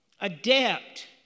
adept